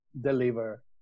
deliver